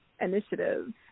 initiatives